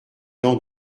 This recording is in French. dents